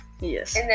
Yes